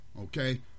Okay